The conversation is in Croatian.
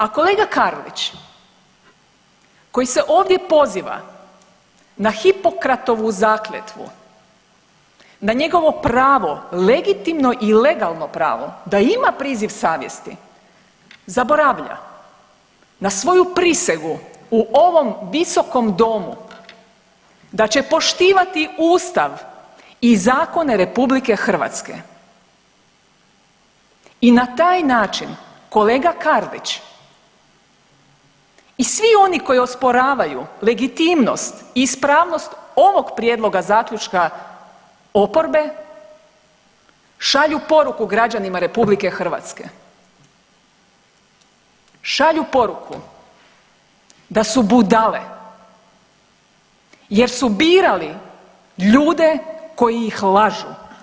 A kolega Karlić koji se ovdje poziva na Hipokratovu zakletvu, na njegovo pravo, legitimno i legalno pravo da ima priziv savjeti zaboravlja na svoju prisegu u ovom visokom domu da će poštivati Ustav i zakone RH i na taj način kolega Karlić i svi oni koji osporavaju legitimnost i ispravnost ovog prijedloga zaključka oporbe šalju poruku građanima RH, šalju poruku da su budale jer su birali ljude koji ih lažu.